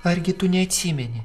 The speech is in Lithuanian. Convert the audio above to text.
argi tu neatsimeni